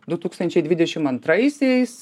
du tūkstančiai dvidešim antraisiais